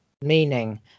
meaning